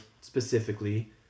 specifically